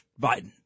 Biden